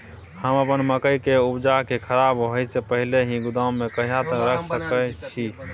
हम अपन मकई के उपजा के खराब होय से पहिले ही गोदाम में कहिया तक रख सके छी?